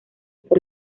por